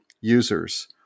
users